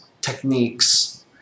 techniques